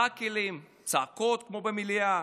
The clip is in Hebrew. תָקֶלים, צעקות כמו במליאה,